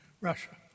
Russia